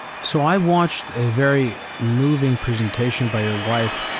so i watched a very moving presentation by your wife.